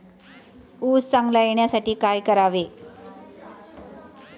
ऊस चांगला येण्यासाठी काय उपाय करावे?